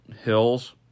hills